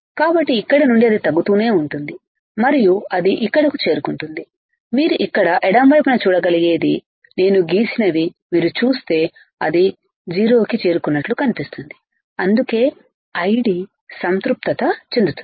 కాబట్టి ఇక్కడ నుండి అది తగ్గుతూనే ఉంటుంది మరియు అది ఇక్కడకు చేరుకుంటుంది మీరు ఇక్కడ ఎడమ వైపున చూడగలిగేది నేను గీసినవి మీరు చూస్తే అది జీరో కి చేరుకున్నట్లు కనిపిస్తోంది అందుకే ID సంతృప్తత చెందుతుంది